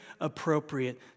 appropriate